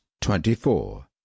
twenty-four